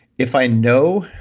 if i know,